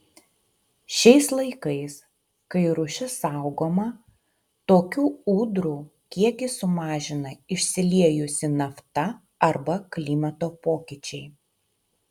šiais laikais kai rūšis saugoma tokių ūdrų kiekį sumažina išsiliejusi nafta arba klimato pokyčiai